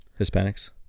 Hispanics